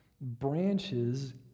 Branches